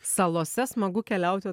salose smagu keliauti